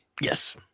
Yes